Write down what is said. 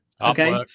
Okay